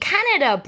Canada